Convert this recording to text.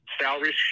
salaries